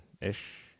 ish